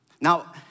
Now